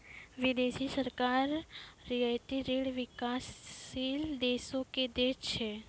बिदेसी सरकार रियायती ऋण बिकासशील देसो के दै छै